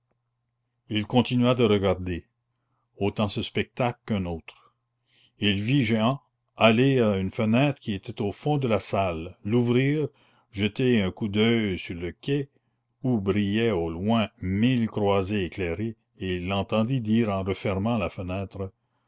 il continua de regarder autant ce spectacle qu'un autre il vit jehan aller à une fenêtre qui était au fond de la salle l'ouvrir jeter un coup d'oeil sur le quai où brillaient au loin mille croisées éclairées et il l'entendit dire en refermant la fenêtre